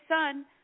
son